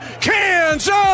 Kansas